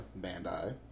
Bandai